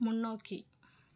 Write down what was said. முன்னோக்கி